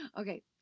Okay